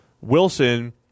Wilson